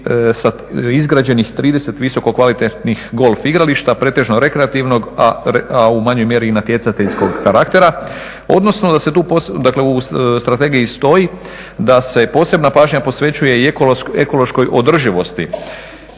izgrađenih 30 visokokvalitetnih golf igrališta pretežno rekreativnog, a u manjoj mjeri i natjecateljskog karaktera odnosno da u strategiji stoji da se posebna pažnja posvećuje i ekološkoj održivosti,